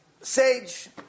sage